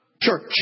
church